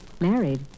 Married